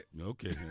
Okay